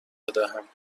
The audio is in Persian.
بدهیم